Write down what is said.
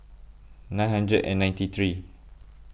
nine hundred and ninety three